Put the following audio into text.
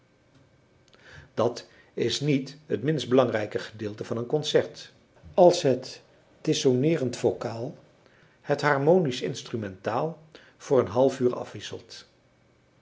dat is niet het minst belangrijk gedeelte van een concert als het dissoneerend vocaal het harmonisch instrumentaal voor een half uur afwisselt